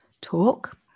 talk